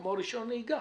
כמו רישיון נהיגה?